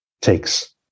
takes